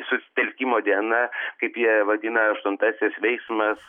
susitelkimo diena kaip ją vadina aštuntasis veiksmas